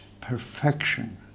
perfection